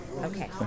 Okay